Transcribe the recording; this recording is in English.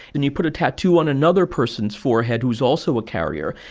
and you put a tattoo on another person's forehead who's also a carrier.